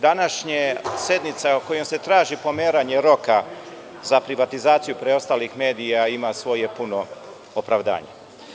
Današnja sednica kojom se traži pomeranje roka za privatizaciju preostalih medija ima svoje puno opravdanje.